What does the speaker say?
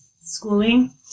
schooling